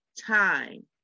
time